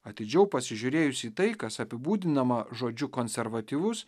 atidžiau pasižiūrėjus į tai kas apibūdinama žodžiu konservatyvus